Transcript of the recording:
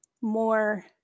more